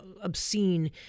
obscene